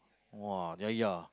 !wah! yaya